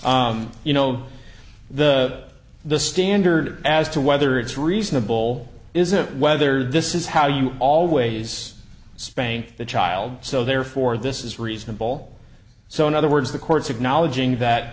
well you know the the standard as to whether it's reasonable isn't whether this is how you always spank the child so therefore this is reasonable so in other words the courts acknowledging that